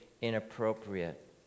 inappropriate